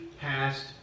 passed